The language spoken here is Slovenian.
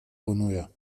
ponuja